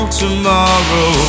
tomorrow